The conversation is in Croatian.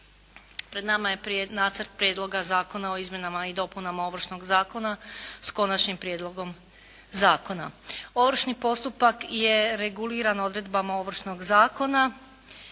Pred nama je Nacrt prijedloga zakona o izmjenama i dopunama Ovršnog zakona, s Konačnim prijedlogom zakona. Ovršni postupak je reguliran odredbama Ovršnog zakona